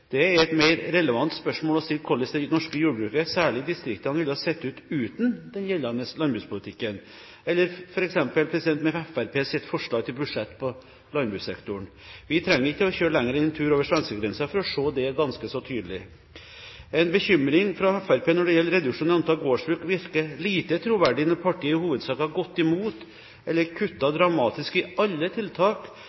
Det er et mer relevant spørsmål å stille hvordan det norske jordbruket, særlig i distriktene, ville sett ut uten den gjeldende landbrukspolitikken eller f.eks. med Fremskrittspartiets forslag til budsjett på landbrukssektoren. Vi trenger ikke å kjøre lenger enn en tur over svenskegrensen for å se det ganske så tydelig. En bekymring fra Fremskrittspartiet når det gjelder reduksjon i antall gårdsbruk, virker lite troverdig når partiet i all hovedsak har gått imot eller